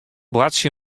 boartsje